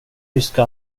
ryska